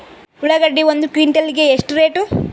ಉಳ್ಳಾಗಡ್ಡಿ ಒಂದು ಕ್ವಿಂಟಾಲ್ ಗೆ ಎಷ್ಟು ರೇಟು?